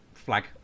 flag